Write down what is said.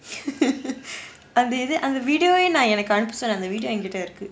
அந்த இது அந்த:antha ithu antha video வே எனக்கு அனுப்பிச்ச அந்த:vae enakku anuppicha antha video எனக்கு இருக்கு:enakku irukku